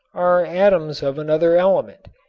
are atoms of another element,